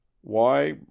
Why